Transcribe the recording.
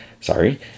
Sorry